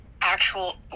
actual